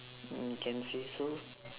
mm can say so